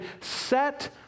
set